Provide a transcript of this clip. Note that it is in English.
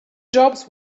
jobs